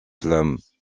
flammes